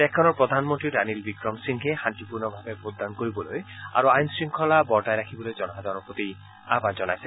দেশখনৰ প্ৰধানমন্তী ৰাণীল বিক্ৰমসিংঘেই শান্তিপূৰ্ণভাৱে ভোটদান কৰিবলৈ আৰু আইন শৃংখলা বৰ্তাই ৰাখিবলৈ জনসাধাৰণৰ প্ৰতি আহান জনাইছে